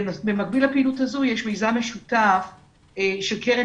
במקביל לפעילות הזו יש מיזם משותף של קרן